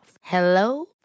Hello